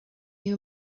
you